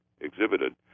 exhibited